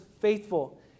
faithful